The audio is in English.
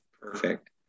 Perfect